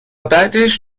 بعدش